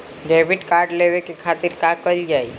Debit card लेवे के खातिर का कइल जाइ?